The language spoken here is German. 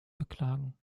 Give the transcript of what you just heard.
beklagen